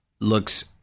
looks